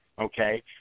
okay